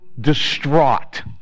distraught